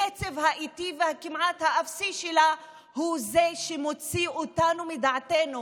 הקצב האיטי והכמעט-אפסי שלה הוא זה שמוציא אותנו מדעתנו,